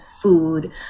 food